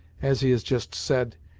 as he has just said,